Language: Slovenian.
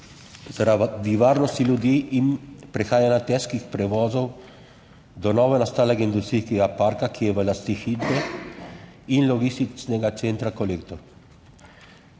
zaradi varnosti ljudi in prehajanja težkih prevozov do novonastalega industrijskega parka, ki je v lasti Hidrije in logističnega centra Kolektor.